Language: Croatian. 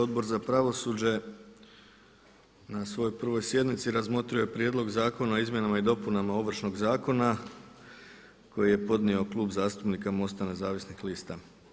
Odbor za pravosuđe na svojoj prvoj sjednici razmotrio je Prijedlog zakona o izmjenama i dopunama Ovršnog zakona koji je podnio Klub zastupnika MOST-a Nezavisnih lista.